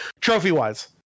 trophy-wise